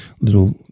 little